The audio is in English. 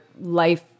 life